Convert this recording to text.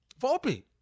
Volpe